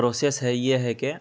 process ہے یہ ہے کہ